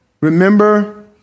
remember